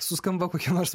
suskamba kokie nors